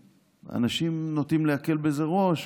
אנשים נוטים להקל בזה ראש,